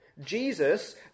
Jesus